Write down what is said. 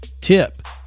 tip